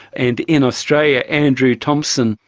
and in australia andrew thomson,